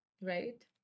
Right